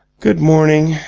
good morning,